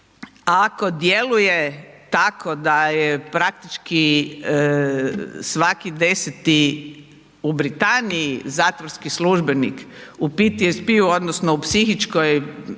ako djeluje tako da je praktički svaki deseti u Britaniji zatvorski službenik u PTSP-u odnosno u psihičkoj,